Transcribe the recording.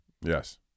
Yes